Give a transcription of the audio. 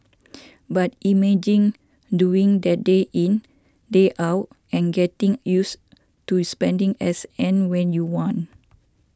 but imagine doing that day in day out and getting used to spending as and when you want